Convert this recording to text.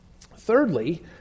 Thirdly